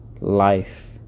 life